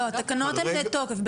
לא, התקנות הן בתוקף.